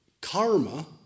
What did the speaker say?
karma